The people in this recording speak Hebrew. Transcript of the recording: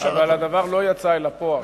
אבל הדבר לא יצא אל הפועל.